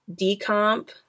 decomp